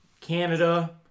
Canada